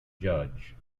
judge